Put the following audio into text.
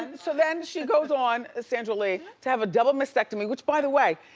and so, then she goes on, sandra lee. to have a double mastectomy, which by the way.